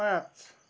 पाँच